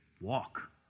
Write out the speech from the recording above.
walk